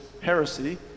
heresy